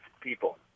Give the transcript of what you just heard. people